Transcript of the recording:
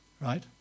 right